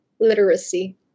literacy